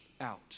out